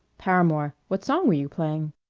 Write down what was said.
paramore what song were you playing?